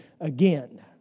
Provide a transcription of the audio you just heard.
again